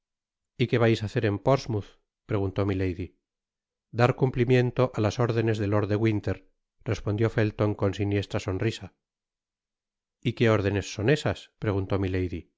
y qué vais á hacer en l'ort mouth preguntó milady dar cumplimiento á las órdenes de lord de winter respondió fellon con siniestra sonrisa y qué órdenes son esas preguntó